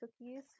cookies